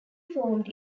formed